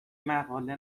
مقاله